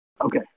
Okay